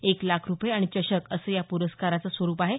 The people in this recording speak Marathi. एक लाख रूपये आणि चषक असं या पुरस्काराचं स्वरूप आहे